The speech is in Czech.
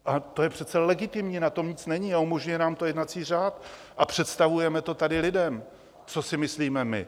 A to je přece legitimní, na tom nic není, umožňuje nám to jednací řád a představujeme tady lidem, co si myslíme my.